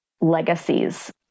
legacies